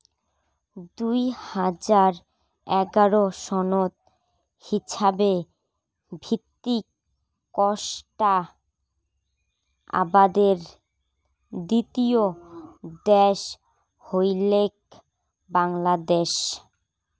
দুই হাজার এগারো সনত হিছাবে ভিত্তিক কোষ্টা আবাদের দ্বিতীয় দ্যাশ হইলেক বাংলাদ্যাশ